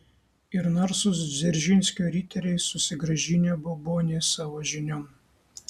ir narsūs dzeržinskio riteriai susigrąžinę baubonį savo žinion